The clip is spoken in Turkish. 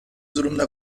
durumda